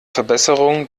verbesserung